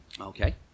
Okay